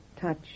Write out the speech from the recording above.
touch